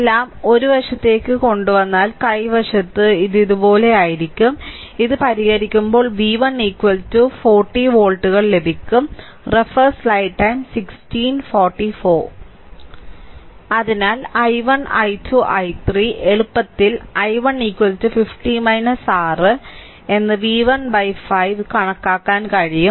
എല്ലാം ഒരു വശത്തേക്ക് കൊണ്ടുവന്നാൽ കൈ വശത്ത് ഇത് ഇതുപോലെയാകും ഇത് പരിഹരിക്കുമ്പോൾ v1 40 വോൾട്ട് ലഭിക്കും അതിനാൽ i1 i2 i3 എളുപ്പത്തിൽ i1 50 r എന്ത് v1 5 എന്ന് കണക്കാക്കാൻ കഴിയും